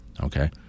Okay